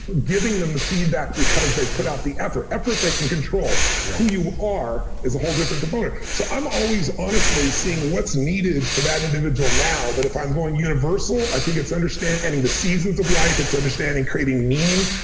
giving them the feedback because they put out the effort. effort, they can control who you are is a whole different component. so i'm always, honestly, seeing what's needed for that individual now. but if i'm going universal, i think it's understanding the seasons of life, it's understanding creating meaning,